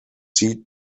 seat